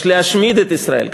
יש להשמיד את ישראל".